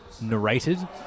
narrated